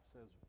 says